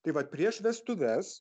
taip vat prieš vestuves